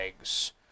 eggs